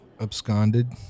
Absconded